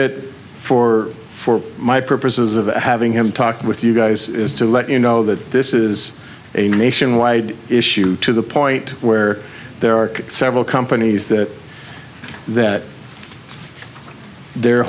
it for for my purposes of having him talk with you guys is to let you know that this is a nationwide issue to the point where there are several companies that that their